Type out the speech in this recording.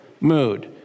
mood